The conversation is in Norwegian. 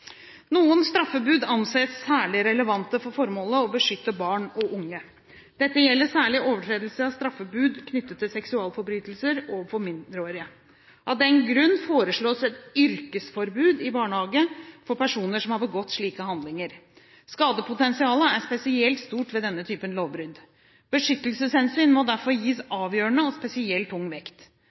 Noen straffebud anses særlig relevante for formålet å beskytte barn og unge. Dette gjelder særlig overtredelse av straffebud knyttet til seksualforbrytelser overfor mindreårige. Av den grunn foreslås et yrkesforbud i barnehage for personer som har begått slike handlinger. Skadepotensialet er spesielt stort ved denne typen lovbrudd. Beskyttelseshensyn må derfor gis avgjørende og spesielt tung vekt.